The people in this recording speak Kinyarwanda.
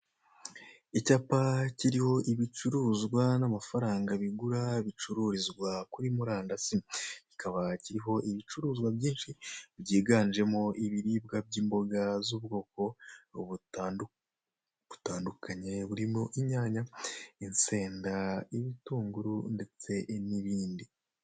Icyapa kiriho ibicuruzwa n'amafaranga bigura bicururizwa kuri murandasi, kikaba kiriho ibicuruzwa byinshi byiganjemo ibiribwa by'imboga z'ubwoko butandukanye burimo inyanya, insenda, ibitunguru ndetse n'ibindi.